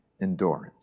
endurance